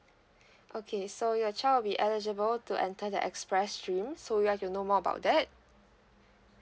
okay so your child will be eligible to enter the express stream so you want to know more about that